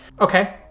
Okay